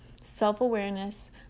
self-awareness